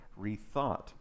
rethought